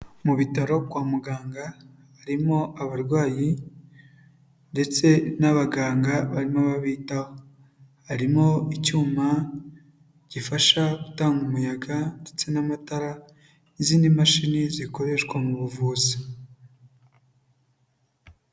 Mu bitaro kwa muganga, harimo abarwayi ndetse n'abaganga, barimo babitaho. Harimo icyuma gifasha gutanga umuyaga, ndetse n'amatara, n'izindi mashini zikoreshwa mu buvuzi.